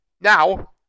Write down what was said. now